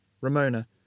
Ramona